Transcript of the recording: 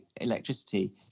electricity